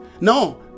No